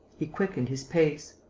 he quickened his pace.